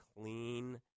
clean